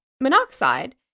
Monoxide